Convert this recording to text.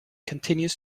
continues